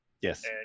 Yes